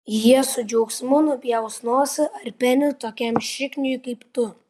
jie su džiaugsmu nupjaus nosį ar penį tokiam šikniui kaip tu